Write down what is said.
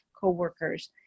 co-workers